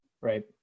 Right